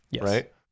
right